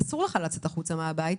אסור לך לצאת החוצה מהבית.